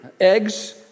Eggs